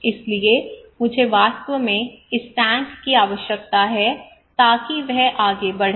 इसलिए मुझे वास्तव में इस टैंक की आवश्यकता है ताकि वह आगे बढ़े